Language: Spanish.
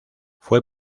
fue